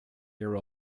year